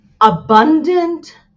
abundant